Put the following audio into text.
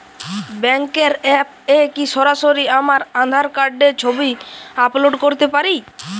ব্যাংকের অ্যাপ এ কি সরাসরি আমার আঁধার কার্ডের ছবি আপলোড করতে পারি?